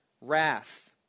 Wrath